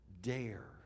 dare